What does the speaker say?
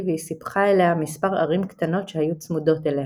והיא סיפחה אליה מספר ערים קטנות שהיו צמודות אליה.